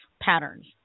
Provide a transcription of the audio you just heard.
Patterns